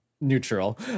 neutral